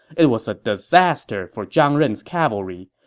it was a disaster for zhang ren's cavalry,